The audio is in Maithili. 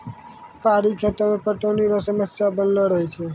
पहाड़ी खेती मे पटौनी रो समस्या बनलो रहै छै